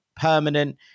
permanent